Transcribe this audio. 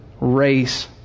race